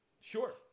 sure